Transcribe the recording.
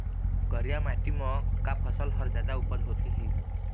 करिया माटी म का फसल हर जादा उपज होथे ही?